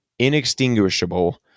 inextinguishable